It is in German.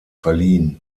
verliehen